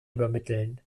übermitteln